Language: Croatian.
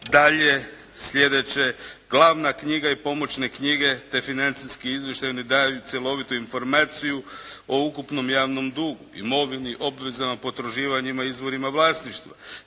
dalje sljedeće: glavna knjiga i pomoćne knjige te financijski izvještaji oni daju cjelovitu informaciju o ukupnom javnom dugu, imovini, obvezama, potraživanjima, izvorima vlasništva.